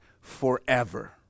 forever